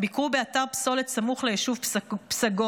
הם ביקרו באתר פסולת סמוך ליישוב פסגות,